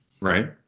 Right